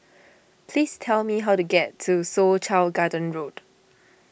please tell me how to get to Soo Chow Garden Road